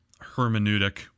hermeneutic